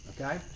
Okay